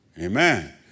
amen